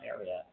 area